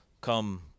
come